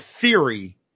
theory